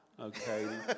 Okay